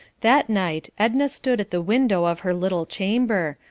that night edna stood at the window of her little chamber,